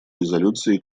резолюции